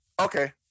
Okay